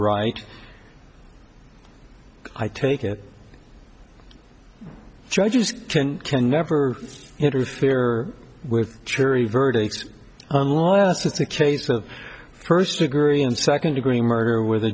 write i take it judges can never interfere with jury verdicts unless it's a case of first degree and second degree murder where the